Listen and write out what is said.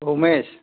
Umesh